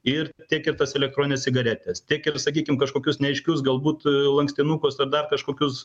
ir tiek ir tas elektronines cigaretes tiek ir sakykim kažkokius neaiškius galbūt lankstinukus ar dar kažkokius